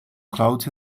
clouds